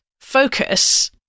focus